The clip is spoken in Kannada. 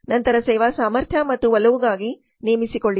ನಂತರ ಸೇವಾ ಸಾಮರ್ಥ್ಯ ಮತ್ತು ಒಲವುಗಾಗಿ ನೇಮಿಸಿಕೊಳ್ಳಿ